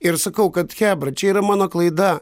ir sakau kad chebra čia yra mano klaida